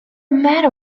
matter